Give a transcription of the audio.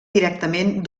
directament